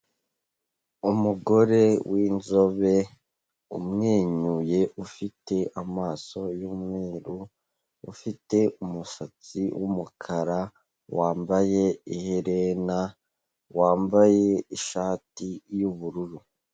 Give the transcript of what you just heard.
Umugore w'inzobe umwenyuye ufite amaso y'umweru, ufite umusatsi w'umukara wambaye iherena, wambaye ishati y'ubururu.